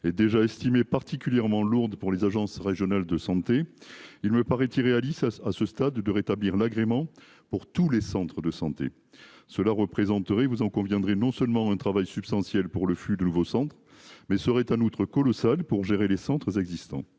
et déjà estimé particulièrement lourde pour les agences régionales de santé. Il me paraît tiré dit ça à ce stade de rétablir l'agrément pour tous les centres de santé, cela représenterait, vous en conviendrez non seulement un travail substantiel pour le flux de nouveaux centres mais cela aurait en outre colossal pour gérer les centres existants.